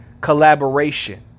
collaboration